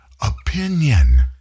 opinion